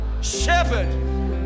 shepherd